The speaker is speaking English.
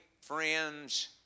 friends